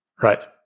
right